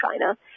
China